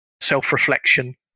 self-reflection